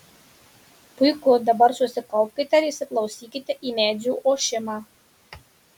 puiku dabar susikaupkite ir įsiklausykite į medžių ošimą